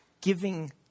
giving